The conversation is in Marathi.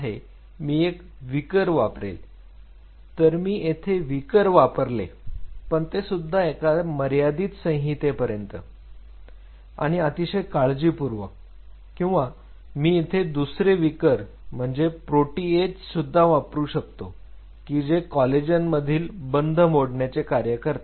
शब्दाच्या मागे जर ase लावले तर त्याला आपण विकर म्हणतो तर मी येथे विकर वापरले पण ते सुद्धा एका मर्यादित संहतीपर्यंत आणि अतिशय काळजीपूर्वक किंवा मी येथे दुसरे विकर म्हणजे प्रोटीएज सुद्धा वापरू शकतो कि जे कॉलेजन मधील बंध मोडण्याचे कार्य करते